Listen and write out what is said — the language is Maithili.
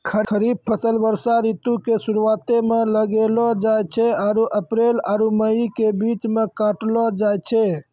खरीफ फसल वर्षा ऋतु के शुरुआते मे लगैलो जाय छै आरु अप्रैल आरु मई के बीच मे काटलो जाय छै